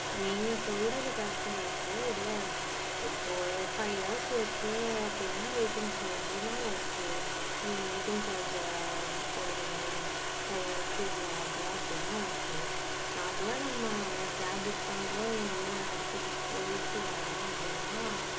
நீங்கள் சொல்கிறது கரெக்ட்டு தான் சார் இல்லை இப்போது ஃபைவ் ஹார்சுக்கு அப்படினா வெயிட்டிங் சார்ஜ்னால் ஓகே நீங்கள் வெயிட்டிங் சார்ஜை போடுவீங்க ஃபைவ் ஹார்சுக்குள்ள ஆகும் அப்படினா ஓகே நார்மலாக நம்ம கேப் புக் பண்ணுறோம் எங்கேயோ ஒரு இடத்துக்கு போயிட்டு வரோம் அப்படினா